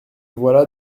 voilà